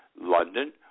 London